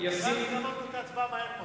ואז גמרנו את ההצבעה מהר מאוד.